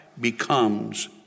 becomes